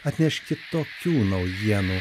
atneš kitokių naujienų